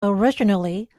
originally